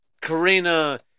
Karina